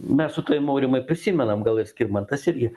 mes su tavim aurimai prisimenam gal ir skirmantas irgi